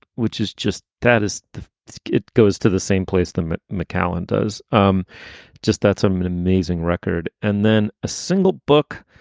which is just that is it goes to the same place them. mccallan does um just that. some and amazing record. and then a single book.